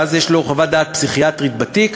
ואז יש לו חוות דעת פסיכיאטרית בתיק,